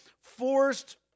forced